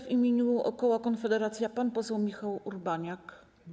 W imieniu koła Konfederacja pan poseł Michał Urbaniak.